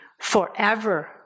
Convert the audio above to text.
forever